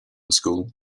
school